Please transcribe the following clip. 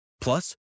Plus